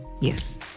Yes